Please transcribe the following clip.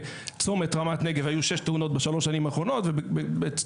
בצומת רמת הנגב היו שש תאונות בשלוש השנים האחרונות ומהו